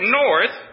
north